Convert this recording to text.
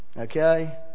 Okay